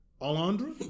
Alondra